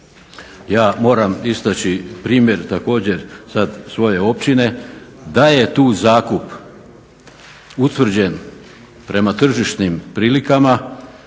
ja moram istaći primjer također sad svoje općine da je tu zakup utvrđen prema tržišnim prilikama